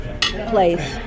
place